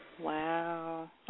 Wow